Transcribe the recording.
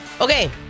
Okay